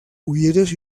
ulleres